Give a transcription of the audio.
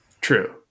True